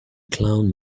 clown